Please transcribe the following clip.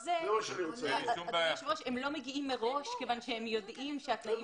הם לא מגיעים מראש כיוון שהם יודעים מה התנאים שלהם.